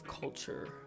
culture